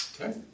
Okay